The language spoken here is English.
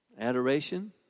Adoration